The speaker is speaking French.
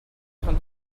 train